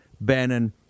Bannon